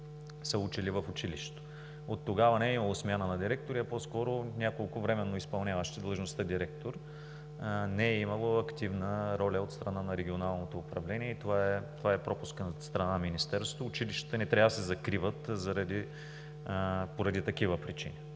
са учили в училището. Оттогава не е имало смяна на директори, а по-скоро няколко временно изпълняващи длъжността директор. Не е имало активна роля от страна на регионалното управление и това е пропуск от страна на Министерството. Училищата не трябва да се закриват поради такива причини.